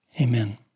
Amen